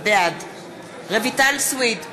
בעד רויטל סויד,